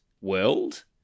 world